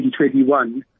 2021